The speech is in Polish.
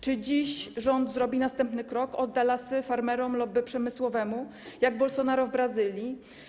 Czy dziś rząd zrobi następny krok, odda lasy farmerom, lobby przemysłowemu, jak Bolsonaro w Brazylii?